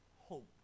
hope